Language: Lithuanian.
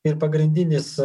ir pagrindinis